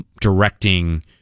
directing